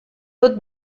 tot